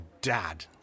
dad